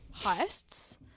heists